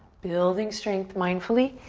building strength mindfully.